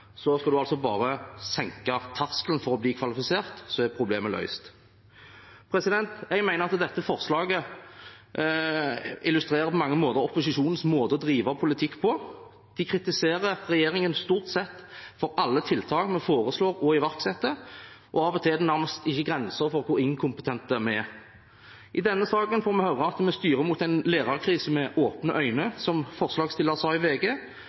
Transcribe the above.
skal en altså bare senke terskelen for å bli kvalifisert, og så er problemet løst. Jeg mener at dette forslaget på mange måter illustrerer opposisjonens måte å drive politikk på. De kritiserer regjeringen for stort sett alle tiltak vi foreslår og iverksetter, og av og til er det nærmest ikke grenser for hvor inkompetente vi er. I denne saken får vi høre at vi «styrer rett mot en lærerkrise med åpne øyne», som forslagsstilleren sa i VG.